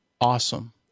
awesome